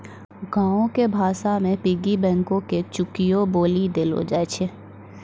गांवो के भाषा मे पिग्गी बैंको के चुकियो बोलि देलो जाय छै